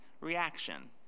reaction